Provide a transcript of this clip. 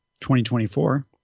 2024